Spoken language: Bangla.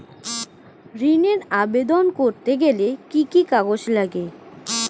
ঋণের আবেদন করতে গেলে কি কি কাগজ লাগে?